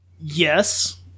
Yes